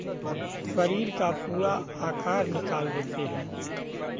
शरीर का पूरा आकार निकाल देते हैं